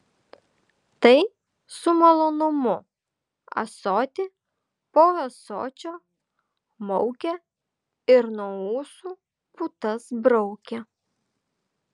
tai su malonumu ąsotį po ąsočio maukė ir nuo ūsų putas braukė